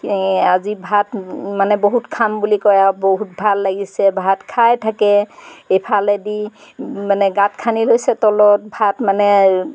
আজি ভাত মানে বহুত খাম বুলি কয় আৰু বহুত ভাল লাগিছে ভাত খাই থাকে এফালেদি মানে গাঁত খান্দি লৈছে তলত ভাত মানে